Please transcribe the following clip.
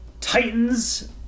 Titans